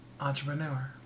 entrepreneur